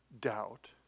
doubt